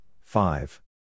five